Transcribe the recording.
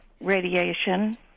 radiation